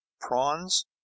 Prawns